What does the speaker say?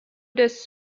does